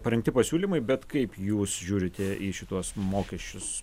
parengti pasiūlymai bet kaip jūs žiūrite į šituos mokesčius